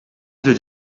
did